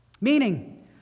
Meaning